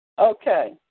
Okay